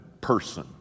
person